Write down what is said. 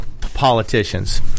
politicians